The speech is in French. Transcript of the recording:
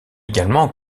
également